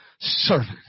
servant